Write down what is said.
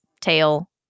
tail